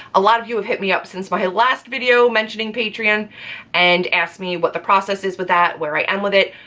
a lot of you have hit me up since my last video mentioning patreon and asked me what the process is with that, where i am with it.